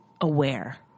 aware